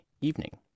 evening